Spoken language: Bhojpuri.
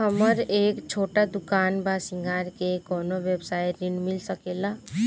हमर एक छोटा दुकान बा श्रृंगार के कौनो व्यवसाय ऋण मिल सके ला?